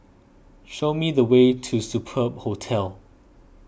show me the way to Superb Hostel